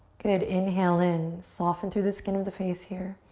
good, inhale in. soften through the skin of the face here.